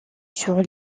sur